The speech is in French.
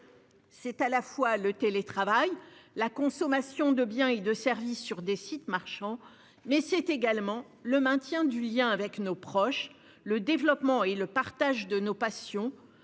seulement le télétravail, la consommation de biens et de services sur des sites marchands, mais également le maintien du lien avec nos proches, le développement et le partage de nos passions,